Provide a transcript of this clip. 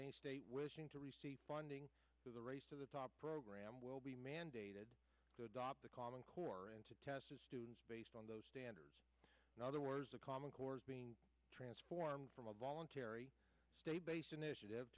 any state wishing to receive funding is a race to the top program will be mandated to adopt the common core and to test students based on those standards in other words a common course being transformed from a voluntary state based initiative